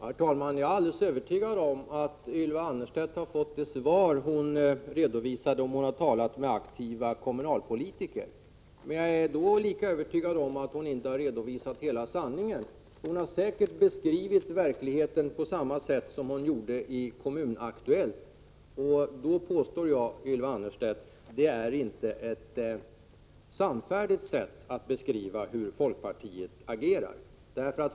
Herr talman! Jag är alldeles övertygad om att Ylva Annerstedt har fått det svar som hon har redovisat, om hon har talat med aktiva kommunalpolitiker. Men jag är lika övertygad om att hon inte har redovisat hela sanningen. Hon har säkert beskrivit verkligheten på samma sätt nu som hon gjorde i Kommun Aktuellt. Jag påstår, Ylva Annerstedt, att det inte är ett sannfärdigt sätt att beskriva folkpartiets agerande.